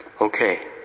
Okay